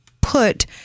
put